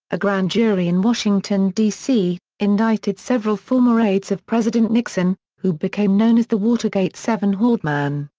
a grand jury in washington, d c, indicted several former aides of president nixon, who became known as the watergate seven haldeman,